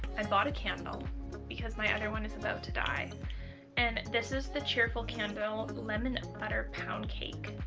i bought a candle because my other one is about to die and this is the cheerful candle, lemon butter pound cake,